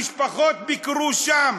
המשפחות ביקרו שם